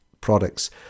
products